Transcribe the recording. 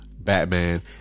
batman